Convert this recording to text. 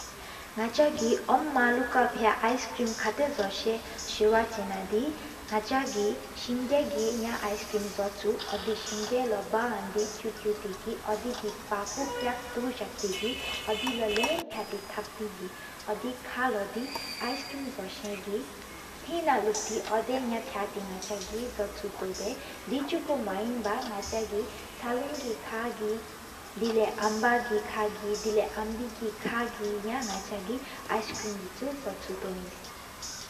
ནག་ཆ་གི་ཨོམ་མ་ལུག་ཧྱ་ཨའི་སི་ཀྲིམ་གཁྲག་ཏ་། བཛོ་ས་ཐུས་དག་མ་དི་ནག་ཆ་གི་སྡར་གི་ཡ་། ཨའི་སི་ཀྲིམ་བཟོ་ཆུ་འོ་དེ་སྡར་བླུག་འོན་དེ་། ཁུ་ཁི་དི་གི་འོ་དེ་གི་དཔའ་ཁོ་པག་ཏོ་འཛག་ཏེ་གི་། འོ་དེ་ལོ་ལམ་ཕ་དེ་ཐག་དེ་གི་། ཏེ་ཁག་ལོ་དི་ཨའི་སི་ཀྲིམ་བཟོ་ས་གི་དེ་ངས་ལུགས་ཏེ་། འོ་དེ་ར་ཕྱག་ཏེ་ནག་ཆ་གི་བཟོ་ཆུ་ཏོ་བལ་། དེ་ཅུ་སྐུ་མ་ཧེན་པ་ནག་ཆ་གི་ལྕགས་གི་ཁག་བརྒྱུད་། དེ་ལ་ཨམ་བག་གི་ཁག་གྲང་སྤར། ཨམ་བི་གི་ཁག་གི་ཡ་ནག་ཆ་གི། ཨའི་སི་ཀྲིམ་དིད་ བཟོ་ཆུག་སྤེང་ལ་